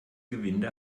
gewinde